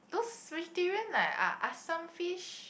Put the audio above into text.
those vegetarian like uh assam fish